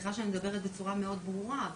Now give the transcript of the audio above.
סליחה שאני מדברת בצורה מאוד ברורה,